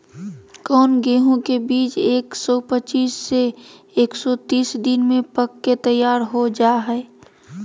कौन गेंहू के बीज एक सौ पच्चीस से एक सौ तीस दिन में पक के तैयार हो जा हाय?